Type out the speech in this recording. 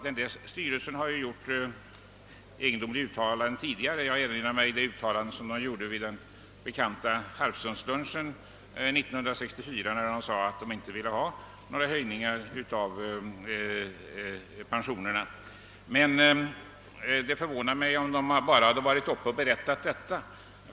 Denna styrelse har gjort egendomliga uttalanden tidigare, t.ex. vid den bekanta Harpsundslunchen 1964, när de sade att de inte ville ha några höjningar av pensionerna. Det förvånar mig om styrelsen bara varit uppe och berättat detta.